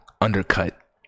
Undercut